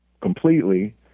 completely